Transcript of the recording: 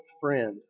friend